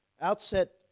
outset